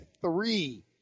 three